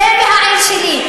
צא מהעיר שלי.